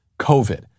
COVID